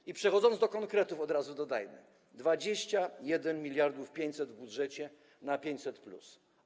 I przechodząc do konkretów, od razu dodajmy: 21 mld 500 w budżecie na 500+.